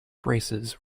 braces